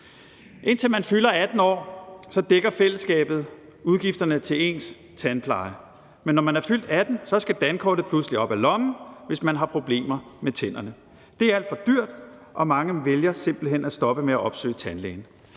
Indtil man fylder 18 år, dækker fællesskabet udgifterne til ens tandpleje, men når man er fyldt 18 år, skal dankortet pludselig op af lommen, hvis man har problemer med tænderne. Det er alt for dyrt, og mange vælger simpelt hen at stoppe med at opsøge tandlægen.